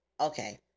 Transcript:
okay